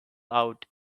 out